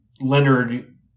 Leonard